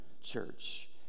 church